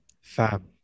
fam